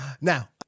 Now